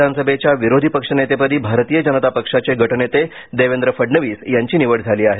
विधानसभेच्या विरोधी पक्षनेतेपदी भारतीय जनता पक्षाचे गटनेते देवेंद्र फडणवीस यांची निवड झाली आहे